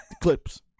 Clips